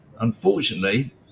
Unfortunately